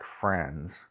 friends